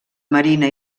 marina